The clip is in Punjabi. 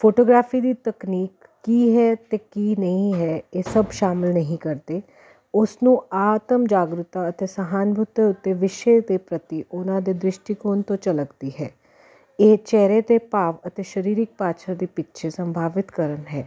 ਫੋਟੋਗ੍ਰਾਫੀ ਦੀ ਤਕਨੀਕ ਕੀ ਹੈ ਅਤੇ ਕੀ ਨਹੀਂ ਹੈ ਇਹ ਸਭ ਸ਼ਾਮਿਲ ਨਹੀਂ ਕਰਦੇ ਉਸ ਨੂੰ ਆਤਮ ਜਾਗਰੂਕਤਾ ਅਤੇ ਸਹਾਨਭੁਤ ਉੱਤੇ ਵਿਸ਼ੇ ਦੇ ਪ੍ਰਤੀ ਉਹਨਾਂ ਦੇ ਦ੍ਰਿਸ਼ਟੀਕੋਣ ਤੋਂ ਝਲਕਦੀ ਹੈ ਇਹ ਚਿਹਰੇ 'ਤੇ ਭਾਵ ਅਤੇ ਸਰੀਰਕ ਭਾਸ਼ਾ ਦੇ ਪਿੱਛੇ ਸੰਭਾਵਿਤ ਕਾਰਨ ਹੈ